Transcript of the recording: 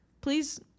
please